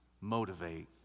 motivate